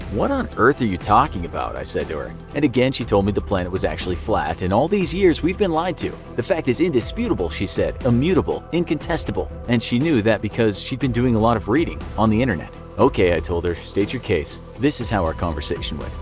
what on earth are you talking about? i said to her. and again, she told me the planet was actually flat and all these years we've been lied to. the fact is indisputable, she said, immutable, incontestable, and she knew that because she'd been doing a lot of reading on the internet. ok, i told her, state your case. this is how our conversation went.